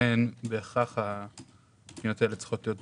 לכן בהכרח הפניות האלה צריכות להיות בנפרד.